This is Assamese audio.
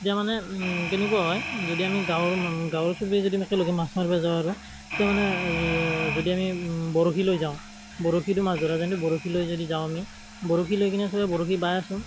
তেতিয়া মানে কেনেকুৱা হয় যদি আমি গাঁৱৰ গাঁৱৰ চবেই যদি আমি একেলগে মাছ মাৰিব যাওঁ আৰু তেতিয়া মানে যদি আমি বৰশী লৈ যাওঁ বৰশী দিও মাছ ধৰা যায় কিন্তু বৰশী লৈ যদি যাওঁ আমি বৰশী লৈ কিনে বৰশী বাই আছো